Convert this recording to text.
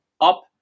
up